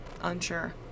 unsure